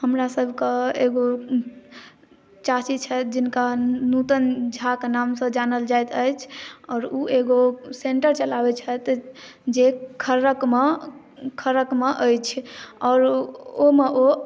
हमरासब के एगो चाची छथि जिनका नूतन झा के नाम सँ जानल जाइत अछि आओर ओ एगो सेन्टर चलाबैत छथि जे खरक मे अछि आओर ओ मे ओ